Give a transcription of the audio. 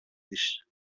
της